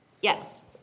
Yes